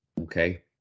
Okay